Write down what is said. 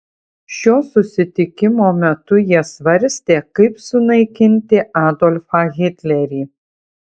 šio susitikimo metu jie svarstė kaip sunaikinti adolfą hitlerį